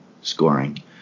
scoring